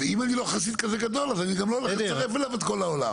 ואם אני לא חסיד כזה גדול אז אני גם לא הולך לצרף אליו את כל העולם.